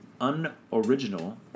unoriginal